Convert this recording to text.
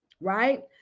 right